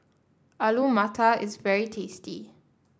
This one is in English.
Alu Matar is very tasty